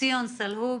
ציון סלהוב,